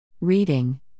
Reading